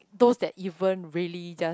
those that even really just